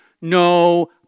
no